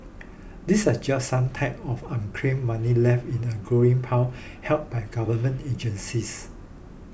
these are just some types of unclaimed money left in a growing pile held by government agencies